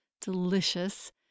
delicious